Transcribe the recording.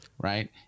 right